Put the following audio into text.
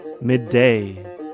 midday